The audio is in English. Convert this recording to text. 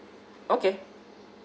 okay